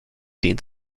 dehnt